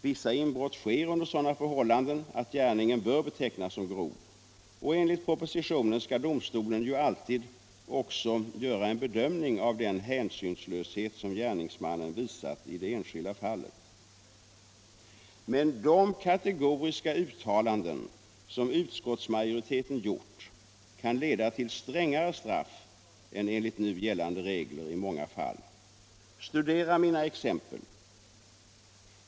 Vissa inbrott sker under sådana förhållanden att gärningen bör betecknas som grov. Enligt propositionen skall domstolen ju alltid också göra en bedömning av den hänsynslöshet som gärningsmannen visat i det enskilda fallet. Men de kategoriska uttalanden som utskottsmajoriteten gjort kan leda till strängare straff än enligt nu gällande regler i många fall. Studera mina exempel.